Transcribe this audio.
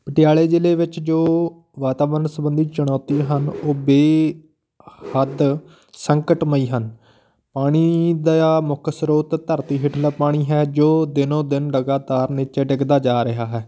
ਪਟਿਆਲੇ ਜ਼ਿਲ੍ਹੇ ਵਿੱਚ ਜੋ ਵਾਤਾਵਰਨ ਸੰਬੰਧੀ ਚੁਣੌਤੀ ਹਨ ਉਹ ਬੇਹੱਦ ਸੰਕਟਮਈ ਹਨ ਪਾਣੀ ਦਾ ਮੁੱਖ ਸਰੋਤ ਧਰਤੀ ਹੇਠਲਾ ਪਾਣੀ ਹੈ ਜੋ ਦਿਨੋ ਦਿਨ ਲਗਾਤਾਰ ਨੀਚੇ ਡਿੱਗਦਾ ਜਾ ਰਿਹਾ ਹੈ